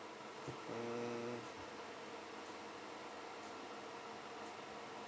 mm